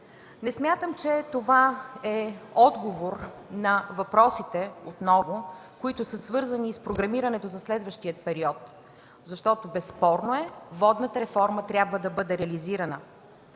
Не смятам, че това е отговор на въпросите, които са свързани и с програмирането за следващия период, защото е безспорно, че водната реформа трябва да бъде реализирана.